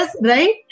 right